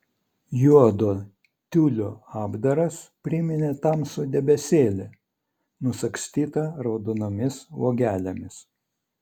juodo tiulio apdaras priminė tamsų debesėlį nusagstytą raudonomis uogelėmis